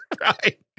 Right